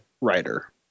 writer